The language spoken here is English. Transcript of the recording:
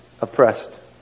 oppressed